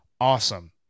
awesome